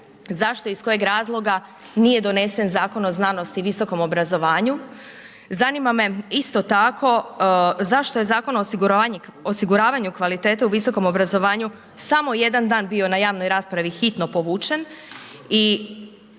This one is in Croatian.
a isto tako gubite i bitku o uvođenju reda u visokom obrazovanju. Zanima me isto tako zašto je Zakon o osiguravanju kvalitete u visokom obrazovanju samo jedan dan bio na javnoj raspravi hitno povučen